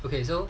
okay so